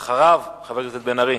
אחריו, חבר הכנסת בן-ארי.